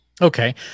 Okay